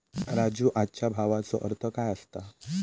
राजू, आजच्या भावाचो अर्थ काय असता?